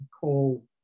coal